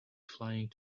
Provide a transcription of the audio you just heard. flying